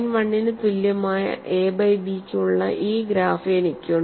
1 ന് തുല്യമായ A by ബിക്ക് ഉള്ള ഈ ഗ്രാഫ് എനിക്കുണ്ട്